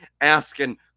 asking